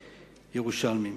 ירושלמים.